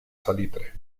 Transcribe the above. salitre